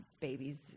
babies